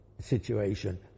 situation